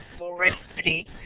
already